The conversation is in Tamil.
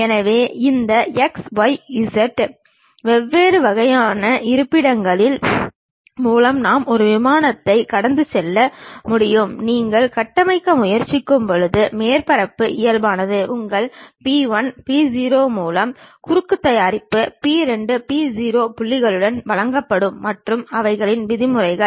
எனவே இந்த x y z வெவ்வேறு வகையான இருப்பிடங்களின் மூலம் நாம் ஒரு விமானத்தை கடந்து செல்ல முடியும் நீங்கள் கட்டமைக்க முயற்சிக்கும்போது மேற்பரப்பு இயல்பானது உங்கள் P 1 P 0 புள்ளிகள் குறுக்கு தயாரிப்பு P 2 P 0 புள்ளிகளுடன் வழங்கப்படும் மற்றும் அவைகளின் விதிமுறைகள்